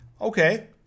Okay